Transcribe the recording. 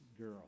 girl